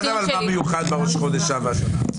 את יודעת אבל מה מיוחד בראש חודש אב השנה?